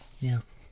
Yes